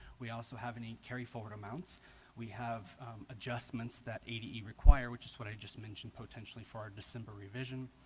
we also have any carry forward amounts we have adjustments that ade require, which is what i just mentioned potentially for our december revision,